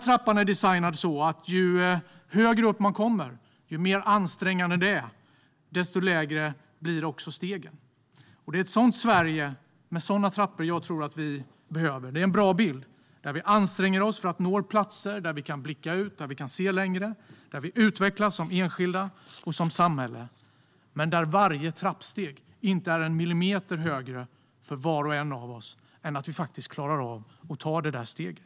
Den är designad så att ju högre upp man kommer och ju mer ansträngande det är, desto lägre blir stegen. Det är ett sådant Sverige, med sådana trappor, jag tror att vi behöver. Det är en bra bild där vi anstränger oss för att nå platser där vi kan blicka ut och se längre och där vi utvecklas som enskilda och som samhälle, men där varje trappsteg inte är en millimeter högre för var och en av oss än att vi klarar av att ta det där steget.